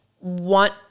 want